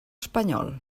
espanyol